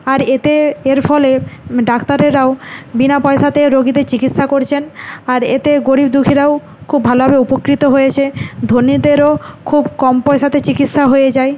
আর এতে এর ফলে ডাক্তারেরাও বিনা পয়সাতে রোগীদের চিকিৎসা করছেন আর এতে গরীব দুঃখীরাও খুব ভালোভাবে উপকৃত হয়েছে ধনীদেরও খুব কম পয়সাতে চিকিৎসা হয়ে যায়